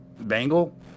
bangle